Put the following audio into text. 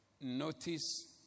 notice